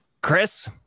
Chris